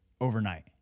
overnight